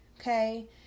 okay